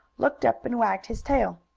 looked up and wagged his tail.